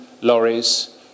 lorries